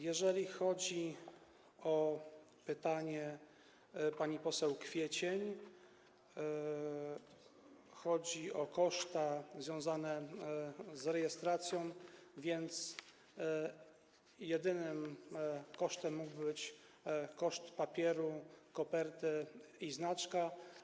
Jeżeli chodzi o pytanie pani poseł Kwiecień - koszty związane z rejestracją, to jedynym kosztem mógłby być koszt papieru, koperty i znaczka.